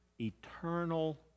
eternal